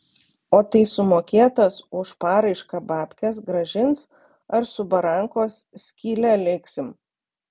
o tai sumokėtas už paraišką babkes grąžins ar su barankos skyle liksim